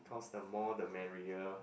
cause the more the merrier